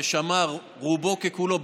ששמר, רובו ככולו.